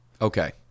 Okay